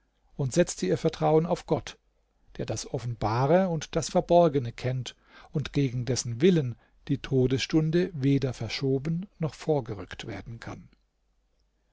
und setzte ihr vertrauen auf gott der das offenbare und das verborgene kennt und gegen dessen willen die todesstunde weder verschoben noch vorgerückt werden kann